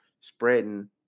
spreading